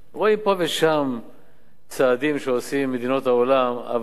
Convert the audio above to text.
רואים פה ושם צעדים שעושים, מדינות העולם, אבל